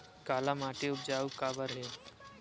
काला माटी उपजाऊ काबर हे?